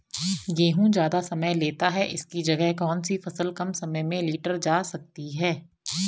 गेहूँ ज़्यादा समय लेता है इसकी जगह कौन सी फसल कम समय में लीटर जा सकती है?